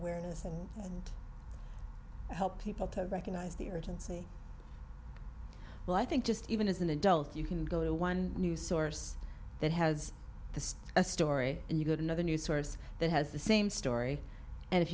awareness and help people to recognize the urgency well i think just even as an adult you can go to one news source that has the story and you go to another news source that has the same story and if